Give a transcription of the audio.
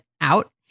out